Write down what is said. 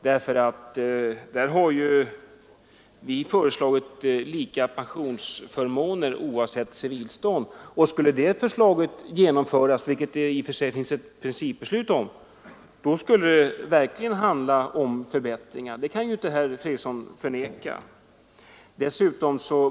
Där har vi ju föreslagit lika pensionsförmåner oavsett civilstånd. Skulle det förslaget genomföras, vilket det i och för sig finns principbeslut om, då skulle det verkligen handla om förbättringar. Det kan inte herr Fredriksson förneka.